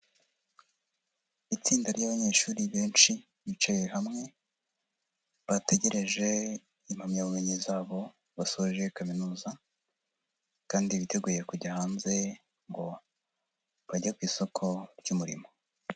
Itsinda ryabanyeshuri benshi bicaye hamwe bategereje impamyabumenyi zabo basoje kaminuza, kandi biteguye kujya hanze ngo bajye ku isoko ry'umurimo.